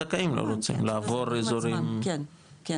הזכאים עצמם לא רוצים לעבור אזורים דרמטיים.